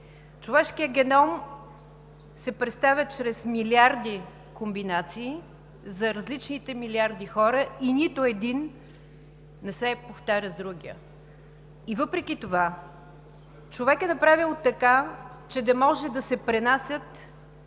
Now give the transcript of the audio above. Човешкият геном се представя чрез милиарди комбинации за различните милиарди хора и нито един не се повтаря с другия. Въпреки това човек е направил така, че да може да се пренасят